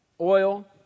Oil